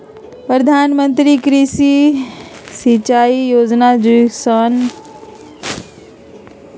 प्रधानमंत्री कृषि सिंचाई जोजना, किसान मानधन जोजना आउरो सभ प्रमुख कृषि जोजना हइ